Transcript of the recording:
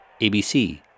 ABC